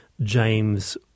James